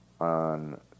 on